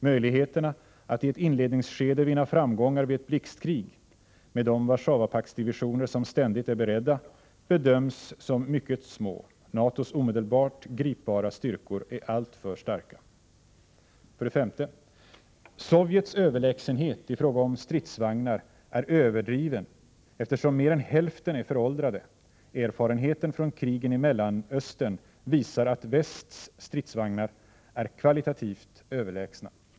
Möjligheterna att i ett inledningsskede vinna framgångar vid ett blixtkrig med de Warszawapaktsdivisioner som ständigt är beredda bedöms som mycket små. NATO:s omedelbart gripbara styrkor är alltför starka. 5. Sovjets överlägsenhet i fråga om stridsvagnar är överdriven eftersom mer än hälften är föråldrade. Erfarenheterna från krigen i Mellanöstern visar att västs stridsvagnar är kvalitativt överlägsna.